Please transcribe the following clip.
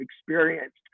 experienced